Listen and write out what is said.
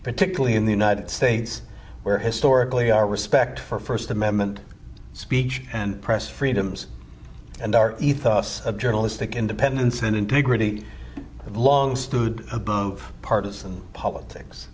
particularly in the united states where historically our respect for first amendment speech and press freedoms and our ethos of journalistic independence and integrity have long stood above partisan politics